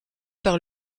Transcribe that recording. par